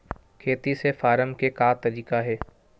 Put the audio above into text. खेती से फारम के का तरीका हे?